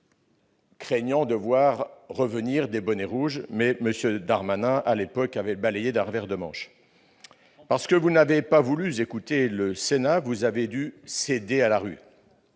craignais de voir revenir des « bonnets rouges »; M. Darmanin avait à l'époque balayé mes remarques d'un revers de manche. Parce que vous n'avez pas voulu écouter le Sénat, vous avez dû céder à la rue.